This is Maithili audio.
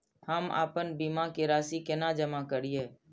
हम आपन बीमा के राशि केना जमा करिए?